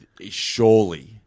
Surely